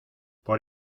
por